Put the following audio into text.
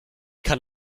kann